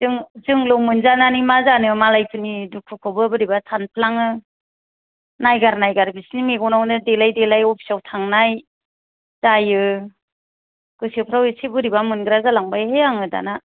जों जोंल' मोनजानानै मा जानो मालायफोरनि दुखुखौबो बोरैबा सानफ्लाङो नायगार नायगार बिसोरनि मेग'नावनो देलाय देलाय अफिसाव थांनाय जायो गोसोफ्राव एसे बोरैबा मोनग्रा जालांबायहाय आङो दाना